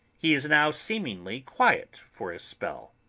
he is now seemingly quiet for a spell.